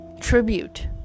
tribute